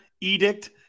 edict